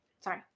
Sorry